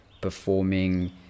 performing